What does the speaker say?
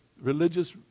religious